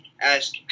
ask